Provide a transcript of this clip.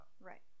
right